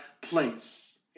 place